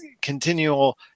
continual